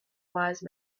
wise